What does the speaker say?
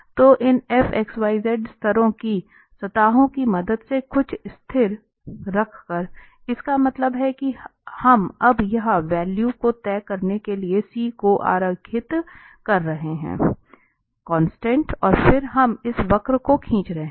तो इन fxyz स्तरों की सतहों की मदद से कुछ स्थिर रखकर इसका मतलब है कि हम अब यहां वैल्यू को तय करने के लिए C को आरेखित कर रहे हैं कांस्टेंट और फिर हम इस वक्र को खींच रहे हैं